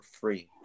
free